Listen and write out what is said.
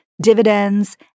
dividends